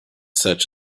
such